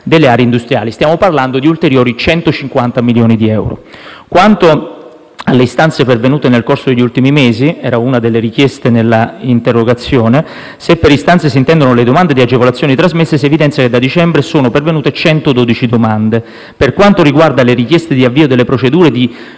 delle aree industriali. Stiamo parlando di ulteriori 150 milioni di euro. Quanto alle istanze pervenute nel corso degli ultimi mesi, come richiesto nell'interrogazione, se per istanze si intendono le domande di agevolazioni trasmesse, si evidenzia che da dicembre sono pervenute 112 domande. Per quanto riguarda le richieste di avvio delle procedure di